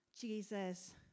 Jesus